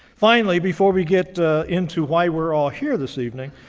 finally, before we get into why we're all here this evening,